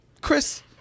Chris